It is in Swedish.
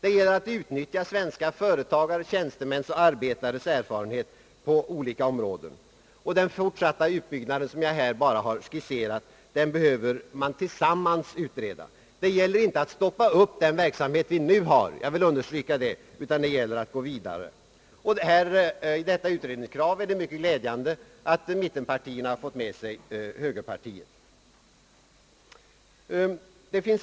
Det gäller att utnyttja svenska företagares, tjänstemäns och arbetares erfarenhet på olika områden. Frågan om den fortsatta utbyggnad, som jag här bara har skisserat, måste man utreda tillsammans. Det är inte fråga om att under den tid utredningen arbetar stoppa den verksamhet som vi nu bedriver — det vill jag understryka — utan det gäller att utreda hur man skall gå vidare, Beträffande detta utredningskrav är det mycket glädjande att mittenpartierna fått med sig högerpartiet.